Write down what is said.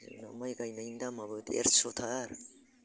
जेनेबा माइ गायनायनि दामआबो देरस'थार